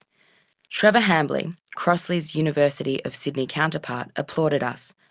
trevor hambley, crossley's university of sydney counterpart, applauded us,